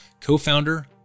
co-founder